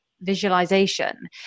visualization